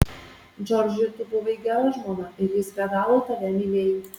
džordžui tu buvai gera žmona ir jis be galo tave mylėjo